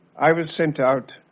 i was sent out,